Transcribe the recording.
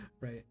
Right